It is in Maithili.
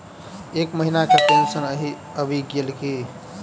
एहि महीना केँ पेंशन आबि गेल की